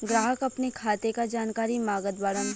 ग्राहक अपने खाते का जानकारी मागत बाणन?